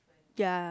ya